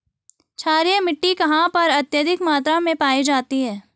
क्षारीय मिट्टी कहां पर अत्यधिक मात्रा में पाई जाती है?